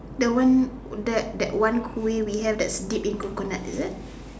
the one that that one Kueh we have that that's dipped in coconut is it